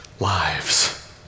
lives